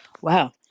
Wow